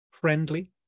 friendly